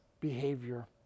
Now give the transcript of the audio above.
behavior